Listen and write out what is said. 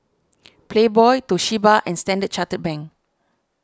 Playboy Toshiba and Standard Chartered Bank